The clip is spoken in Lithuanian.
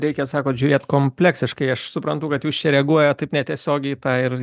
reikia sakot žiūrėt kompleksiškai aš suprantu kad jūs čia reaguojat taip netiesiogiai tą ir